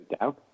down